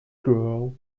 cruel